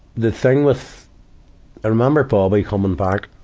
the thing with i remember bobby coming back